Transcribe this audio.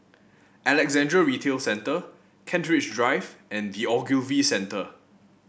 Alexandra Retail Centre Kent Ridge Drive and The Ogilvy Centre